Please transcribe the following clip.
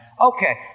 Okay